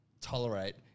tolerate